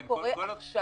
מה קורה עכשיו?